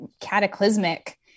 cataclysmic